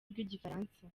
rw’igifaransa